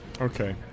okay